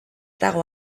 dago